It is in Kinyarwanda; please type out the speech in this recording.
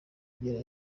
kugera